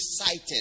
excited